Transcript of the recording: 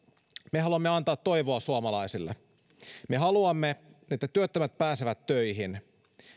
me haluamme antaa toivoa suomalaisille me haluamme että työttömät pääsevät töihin